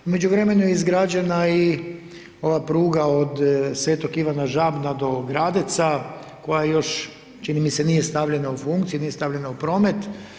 U međuvremenu je izgrađena i ova pruga od Sv. Ivana Žabna do Gradeca, koja još čini mi se nije stavljena u funkciju, nije stavljena u promet.